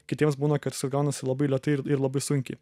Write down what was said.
kitiems būna kad jisai gaunasi labai lėtai ir ir labai sunkiai